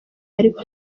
ariko